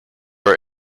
are